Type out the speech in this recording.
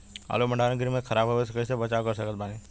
आलू भंडार गृह में खराब होवे से कइसे बचाव कर सकत बानी?